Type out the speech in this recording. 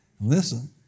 Listen